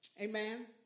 Amen